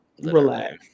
Relax